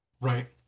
Right